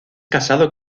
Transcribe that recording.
casado